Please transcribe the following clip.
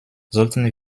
sollten